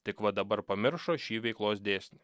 tik va dabar pamiršo šį veiklos dėsnį